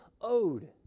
owed